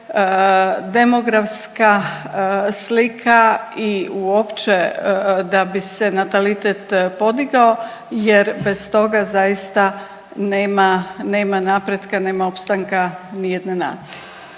demografska slika i uopće da bi se natalitet podigao jer bez toga zaista nema, nema napretka, nema opstanka nijedne nacije.